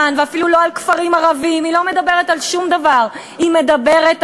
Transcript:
בקשב רב את דברי המתנגדים.